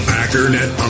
Packernet